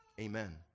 Amen